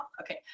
Okay